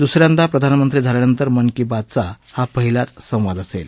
दुसा यादा प्रधानमंत्री झाल्यानंतर मन की बात चा हा पहिलाच संवाद आहे